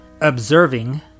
observing